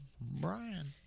Brian